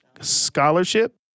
Scholarship